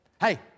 Hey